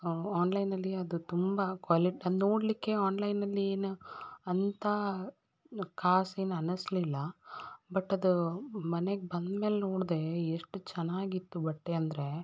ಆನ್ಲೈನಲ್ಲಿ ಅದು ತುಂಬ ಕ್ವಾಲಿಟ್ ಅದು ನೋಡಲಿಕ್ಕೆ ಆನ್ಲೈನಲ್ಲಿ ಏನು ಅಂಥ ಕಾಸೇನು ಅನಿಸ್ಲಿಲ್ಲ ಬಟ್ ಅದು ಮನೆಗೆ ಬಂದ್ಮೇಲೆ ನೋಡಿದೆ ಎಷ್ಟು ಚೆನ್ನಾಗಿ ಇತ್ತು ಬಟ್ಟೆ ಅಂದರೆ